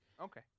Okay